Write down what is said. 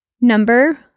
Number